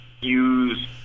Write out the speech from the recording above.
use